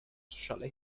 sociale